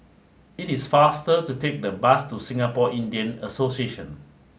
it is faster to take the bus to Singapore Indian Association